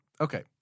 Okay